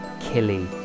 Killy